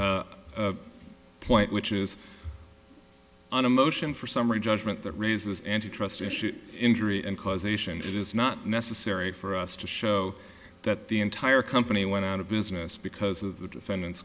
point which is on a motion for summary judgment that raises antitrust issues injury and causation it is not necessary for us to show that the entire company went out of business because of the defendant